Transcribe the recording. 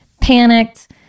panicked